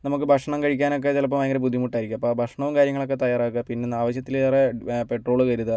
നമുക്ക് ഭക്ഷണം കഴിക്കാനൊക്കെ ചിലപ്പം ഭയങ്കര ബുദ്ധിമുട്ട് ആയിരിക്കും അപ്പം ആ ഭക്ഷണവും കാര്യങ്ങളും ഒക്കെ തയ്യാറാക്കുക പിന്നെ ആവശ്യത്തിലേറെ പെട്രോൾ കരുതുക